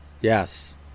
Yes